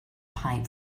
pipe